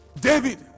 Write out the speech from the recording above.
David